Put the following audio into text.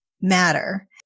matter